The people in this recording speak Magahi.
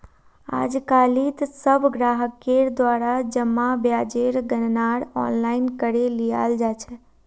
आजकालित सब ग्राहकेर द्वारा जमा ब्याजेर गणनार आनलाइन करे लियाल जा छेक